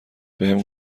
بهم